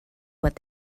what